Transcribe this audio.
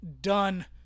done